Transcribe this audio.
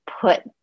put